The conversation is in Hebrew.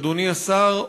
אדוני השר,